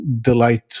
delight